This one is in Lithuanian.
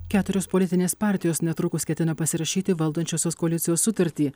keturios politinės partijos netrukus ketina pasirašyti valdančiosios koalicijos sutartį